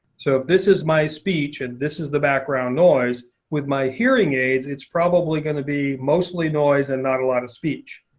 so if this is my speech and this is the background noise, with my hearing aids it's probably going to be mostly noise and not a lot of speech.